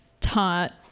taught